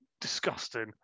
disgusting